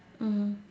mmhmm